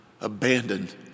abandoned